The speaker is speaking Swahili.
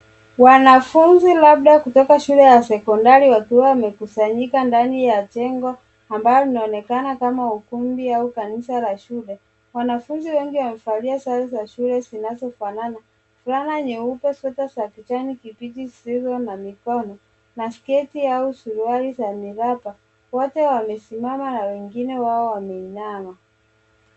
Wanafunzi labda kutoka shule ya sekondari wakiwa wamekusanyika ndani ya jengo ambalo linaonekana kama ukumbi au kanisa la shule. Wanafunzi wengi wamevalia sare za shule zinazofanana. Fulana nyeupe, sweta za kijani kibichi zisizo na mikono, na sketi au suruali za miraba, wote wamesimama na wengine wao wameinama.